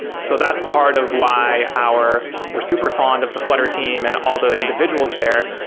so that's part of why our we're super fond of the flutter team and all the individuals there.